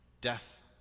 death